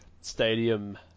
Stadium